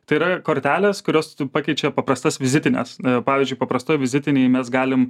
tai yra kortelės kurios pakeičia paprastas vizitines pavyzdžiui paprastoj vizitinėj mes galim